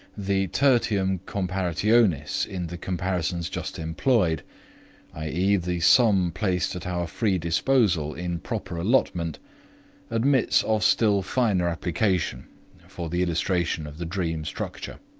the tertium comparationis in the comparisons just employed i e. the sum placed at our free disposal in proper allotment admits of still finer application for the illustration of the dream structure.